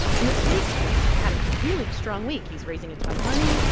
and this week, he's had a really strong week. he's raising a ton of money.